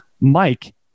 Mike